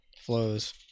flows